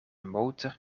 motor